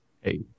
Hey